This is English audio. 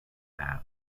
the